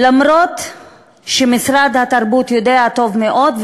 אף שמשרד התרבות יודע טוב מאוד,